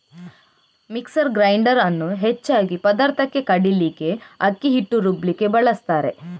mixer grinder ಅನ್ನು ಹೆಚ್ಚಾಗಿ ಪದಾರ್ಥಕ್ಕೆ ಕಡೀಲಿಕ್ಕೆ, ಅಕ್ಕಿ ಹಿಟ್ಟು ರುಬ್ಲಿಕ್ಕೆ ಬಳಸ್ತಾರೆ